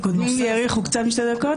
הדוברים הקודמים האריכו קצת יותר משתי דקות.